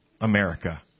America